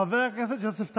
חבר הכנסת יוסף טייב,